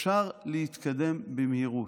אפשר להתקדם במהירות.